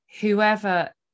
whoever